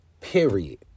period